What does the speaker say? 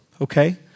okay